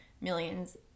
millions